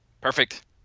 Perfect